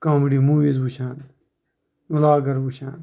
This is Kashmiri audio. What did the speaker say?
کامڈِی موِیٖز وُچھان وٕلاگَر وُچھان